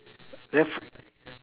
ref~